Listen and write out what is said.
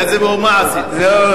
תראה איזה מהומה עשית.